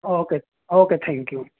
okay okay thank you